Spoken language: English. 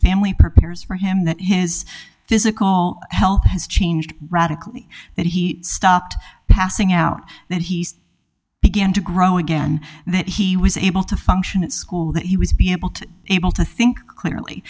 family prepares for him that his physical health has changed radically that he stopped passing out that he began to grow again and that he was able to function in school that he would be able to able to think clearly